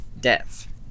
death